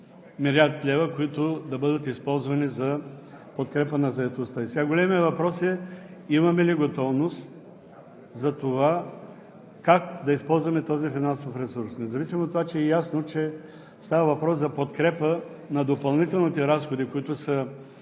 млрд. лв., които да бъдат използвани за подкрепа на заетостта. Големият въпрос сега е: имаме ли готовност за това как да използваме този финансов ресурс, независимо че е ясно, че става въпрос за подкрепа на допълнителните разходи, които са